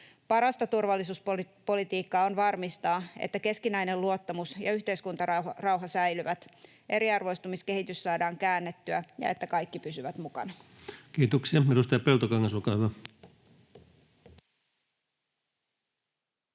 Parasta turvallisuuspolitiikkaa on varmistaa, että keskinäinen luottamus ja yhteiskuntarauha säilyvät, että eriarvoistumiskehitys saadaan käännettyä ja että kaikki pysyvät mukana. [Speech 141] Speaker: